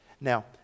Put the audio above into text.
Now